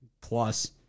plus